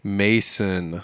mason